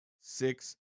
six